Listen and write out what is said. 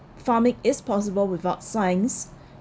farming is possible without science